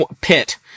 pit